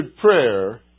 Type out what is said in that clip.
prayer